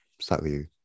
slightly